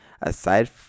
aside